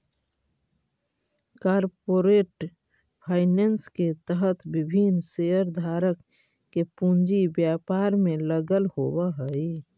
corporate finance के तहत विभिन्न शेयरधारक के पूंजी व्यापार में लगल होवऽ हइ